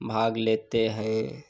भाग लेते हैं